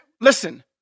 listen